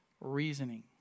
reasoning